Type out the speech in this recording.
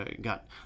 got